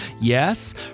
yes